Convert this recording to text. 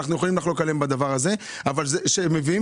אבל אנחנו לא יכולים לחלוק על זה שהם מביאים